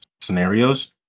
scenarios